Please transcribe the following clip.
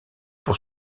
pour